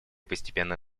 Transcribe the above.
постепенно